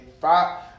five